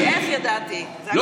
איך ידעתי שתתנשא עליי.